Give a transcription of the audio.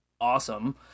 awesome